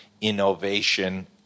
innovation